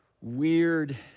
weird